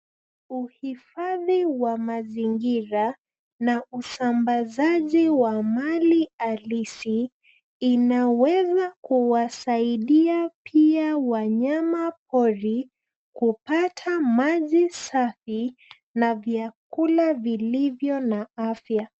Uhifadhi wa mazingira na usambazaji wa mali halisi inaweza kuwasaidia pia wanyama pori kupata maji safi na vyakula vilivyo na afya.